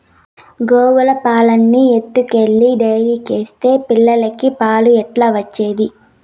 గోవుల పాలన్నీ ఎత్తుకెళ్లి డైరీకేస్తే పిల్లలకి పాలు ఎట్లా వచ్చేది